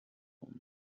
phone